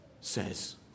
says